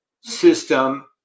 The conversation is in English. system